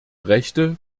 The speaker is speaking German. rechte